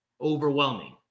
overwhelming